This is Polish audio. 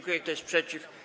Kto jest przeciw?